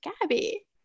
Gabby